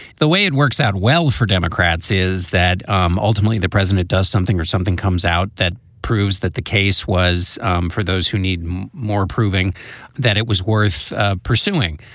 the way it works out well for democrats is that um ultimately the president does something or something comes out that proves that the case was um for those who need more, proving that it was worth ah pursuing.